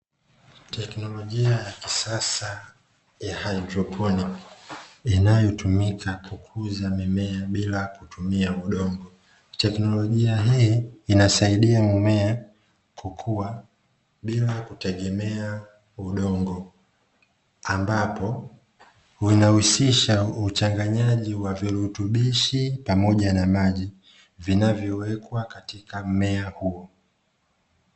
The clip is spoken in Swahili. Teknolojia ya kisasa ya haidroponiki inayotumika kukuza mimea bila ya kutumia udongo, teknolojia hii inasaidia mimea kukua bila kutegemea udongo, ambapo unahusisha uchanganyaji wa virutubishi pamoja na maji vinavyowekwa katika mmea huo.